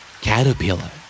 Caterpillar